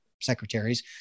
secretaries